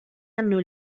hanno